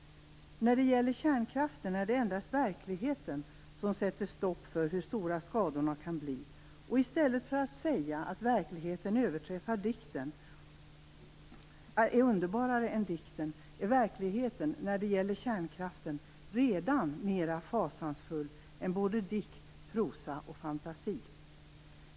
När det gäller kärnkraften är det endast verkligheten som sätter en gräns för hur stora skadorna kan bli. I stället för att säga att verkligheten är underbarare än dikten kan vi se att verkligheten när det gäller kärnkraften redan är mera fasansfull än både dikt, prosa och fantasi.